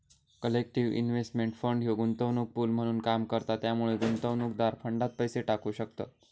collective investment fund ह्यो गुंतवणूक pool म्हणून काम करता त्यामुळे गुंतवणूकदार फंडात पैसे टाकू शकतत